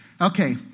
Okay